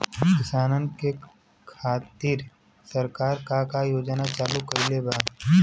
किसानन के खातिर सरकार का का योजना लागू कईले बा?